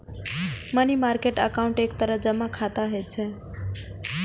money market account एक तरह जमा खाता होइ छै